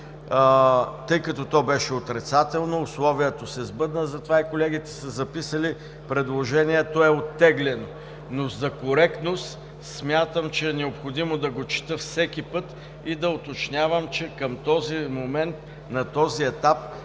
Тъй като то беше отрицателно, условието се сбъдна, затова и колегите са записали, че предложението е оттеглено, но за коректност смятам, че е необходимо да го чета всеки път и да уточнявам, че към този момент, на този етап